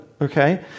okay